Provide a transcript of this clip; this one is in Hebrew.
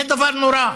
זה דבר נורא.